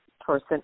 person